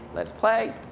let's play.